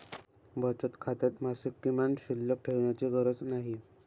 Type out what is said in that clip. बचत खात्यात मासिक किमान शिल्लक ठेवण्याची गरज नाही